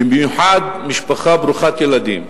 במיוחד משפחה ברוכת ילדים,